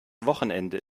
wochenende